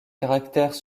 caractères